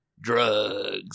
drugs